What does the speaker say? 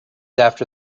after